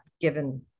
given